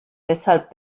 deshalb